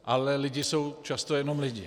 Ale lidi jsou často jenom lidi.